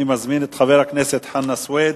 אני מזמין את חבר הכנסת חנא סוייד,